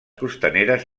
costaneres